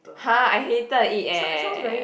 !huh! I hated it eh